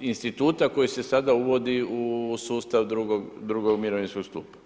instituta koji se sada uvodi u sustav drugog mirovinskog stupa.